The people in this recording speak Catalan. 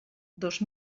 dos